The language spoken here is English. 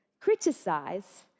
criticize